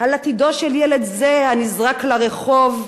על עתידו של ילד זה, הנזרק לרחוב,